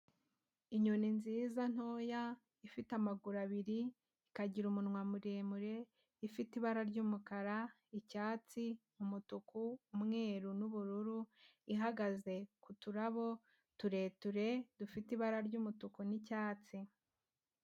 Inyoni nziza ntoya ifite amaguru abiri, ikagira umunwa muremure, ifite ibara ry'umukara, icyatsi, umutuku, umweru n'ubururu, ihagaze ku turabo, tureture, dufite ibara ry'umutuku n'icyatsi.